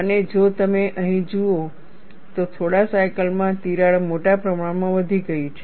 અને જો તમે અહીં જુઓ તો થોડા સાયકલમાં તિરાડ મોટા પ્રમાણમાં વધી ગઈ છે